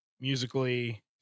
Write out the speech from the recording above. musically